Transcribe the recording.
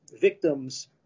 victim's